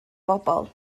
bobl